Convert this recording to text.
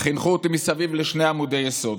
חינכו אותי סביב שני עמודי יסוד,